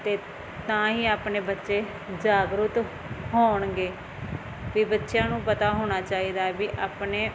ਅਤੇ ਤਾਂ ਹੀ ਆਪਣੇ ਬੱਚੇ ਜਾਗਰੂਕ ਹੋਣਗੇ ਵੀ ਬੱਚਿਆਂ ਨੂੰ ਪਤਾ ਹੋਣਾ ਚਾਹੀਦਾ ਵੀ ਆਪਣੇ